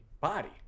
body